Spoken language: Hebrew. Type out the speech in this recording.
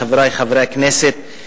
חברי חברי הכנסת,